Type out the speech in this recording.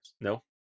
No